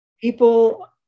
People